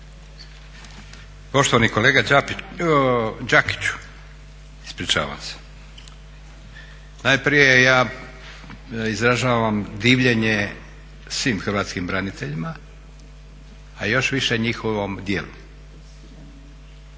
Poštovani kolega Đakiću, najprije ja izražavam divljenje svim hrvatskim braniteljima a još više njihovom djelu.